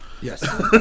Yes